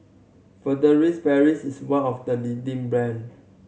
Furtere Paris is one of the leading brand